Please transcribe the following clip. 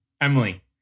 Emily